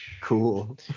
Cool